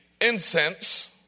incense